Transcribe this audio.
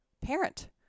parent